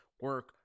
Work